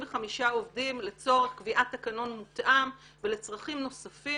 עובדים לצורך קביעת תקנון מותאם ולצרכים נוספים.